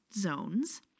zones